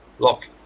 Look